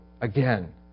again